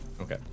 Okay